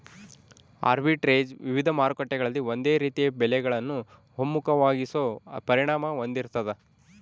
arbitrage ವಿವಿಧ ಮಾರುಕಟ್ಟೆಗಳಲ್ಲಿ ಒಂದೇ ರೀತಿಯ ಬೆಲೆಗಳನ್ನು ಒಮ್ಮುಖವಾಗಿಸೋ ಪರಿಣಾಮ ಹೊಂದಿರ್ತಾದ